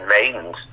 maidens